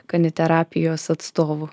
kaniterapijos atstovų